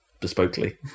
bespokely